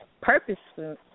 purposefully